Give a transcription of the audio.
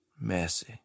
Messy